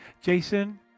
Jason